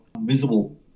visible